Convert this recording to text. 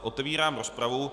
Otevírám rozpravu.